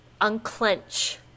unclench